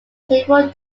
several